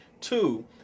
two